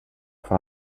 för